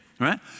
right